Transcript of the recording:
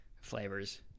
flavors